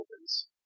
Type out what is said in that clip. opens